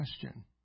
question